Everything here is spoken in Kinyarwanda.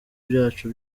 byacu